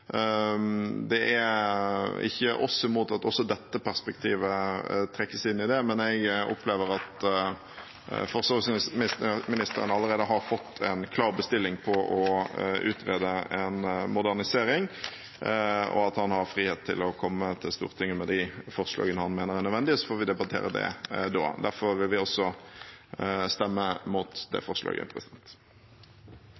Det er ikke oss imot at også dette perspektivet trekkes inn i det, men jeg opplever at forsvarsministeren allerede har fått en klar bestilling på å utrede en modernisering, og at han har frihet til å komme til Stortinget med de forslagene han mener er nødvendig. Vi får debattere det da. Derfor vil vi også stemme mot det